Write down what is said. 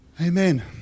Amen